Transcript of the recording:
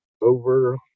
over